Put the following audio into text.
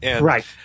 Right